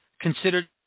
considered